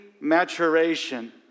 maturation